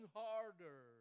harder